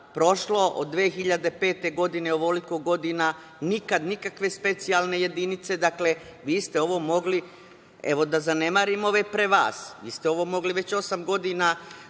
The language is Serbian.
prošlo je ovoliko godina, nikada nikakve specijalne jedinice. Dakle, vi ste ovo mogli, evo da zanemarimo ove pre vas, vi ste ovo mogli već osam godina